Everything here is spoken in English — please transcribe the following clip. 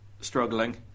struggling